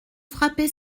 frapper